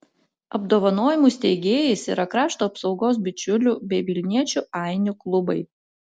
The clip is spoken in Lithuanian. apdovanojimų steigėjais yra krašto apsaugos bičiulių bei vilniečių ainių klubai